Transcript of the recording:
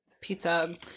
pizza